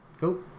Cool